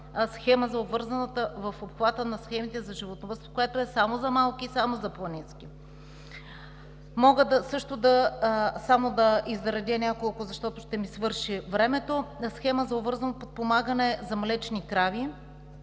схема за обвързано подпомагане в обхвата на схемите за животновъдство, която е само за малки и само за планински. Мога да изредя само няколко, защото ще ми свърши времето. Схема за обвързано подпомагане за млечни крави